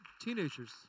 Teenagers